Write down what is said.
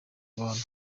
abantu